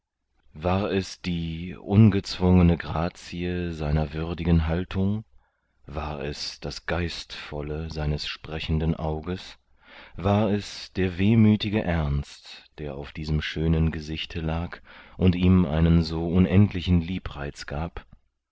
war es die ungezwungene grazie seiner würdigen haltung war es das geistvolle seines sprechenden auges war es der wehmütige ernst der auf diesem schönen gesichte lag und ihm einen so unendlichen liebreiz gab